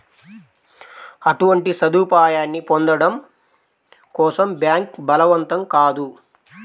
అటువంటి సదుపాయాన్ని పొందడం కోసం బ్యాంక్ బలవంతం కాదు